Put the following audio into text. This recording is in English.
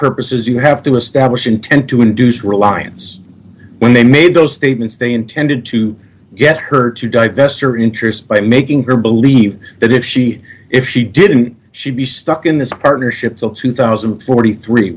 purposes you have to establish intent to induce reliance when they made those statements they intended to get her to divest her interest by making her believe that if she if she didn't she be stuck in this partnership so two thousand and forty three